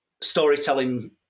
storytelling